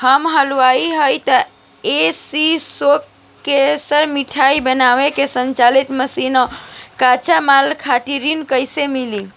हम हलुवाई हईं त ए.सी शो कैशमिठाई बनावे के स्वचालित मशीन और कच्चा माल खातिर ऋण कइसे मिली?